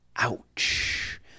ouch